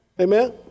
Amen